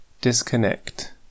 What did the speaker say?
disconnect